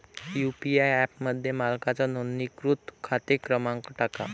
UPI ॲपमध्ये मालकाचा नोंदणीकृत खाते क्रमांक टाका